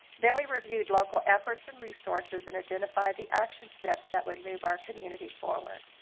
then we reviewed local efforts and resources and identified the action steps that would move our community forward.